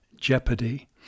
jeopardy